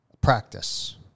practice